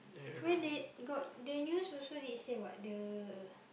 when they got the news also need say what the